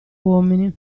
uomini